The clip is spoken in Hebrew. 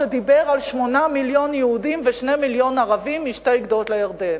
שדיבר על 8 מיליון יהודים ו-2 מיליון ערבים משתי גדות הירדן.